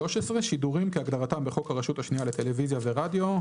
"(13) שידורים כהגדרתם בחוק הרשות השנייה לטלוויזיה ורדיו,